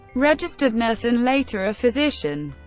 registered nurse, and later a physician.